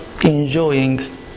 enjoying